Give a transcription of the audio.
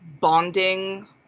bonding